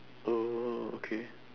oh okay